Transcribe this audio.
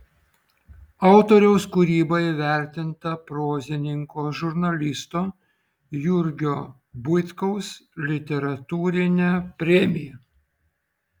autoriaus kūryba įvertinta prozininko žurnalisto jurgio buitkaus literatūrine premija